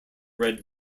red